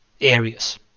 areas